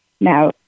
now